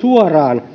suoraan